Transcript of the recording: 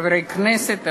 חברי הכנסת,